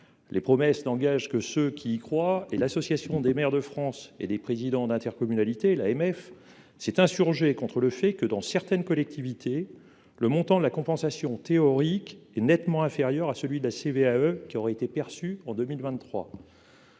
Les promesses n'engagent que ceux qui y croient et l'Association des maires de France et des présidents d'intercommunalité s'est insurgée contre le fait que, dans certaines collectivités, le montant de la compensation théorique était nettement inférieur au montant de CVAE qui aurait été perçue en 2023.